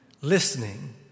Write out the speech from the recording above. Listening